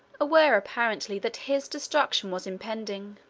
aware, apparently, that his destruction was impending.